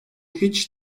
hiç